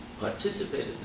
participated